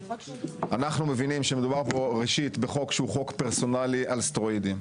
אנחנו מבינים שמדובר פה ראשית בחוק שהוא חוק פרסונלי על סטרואידים,